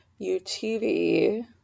UTV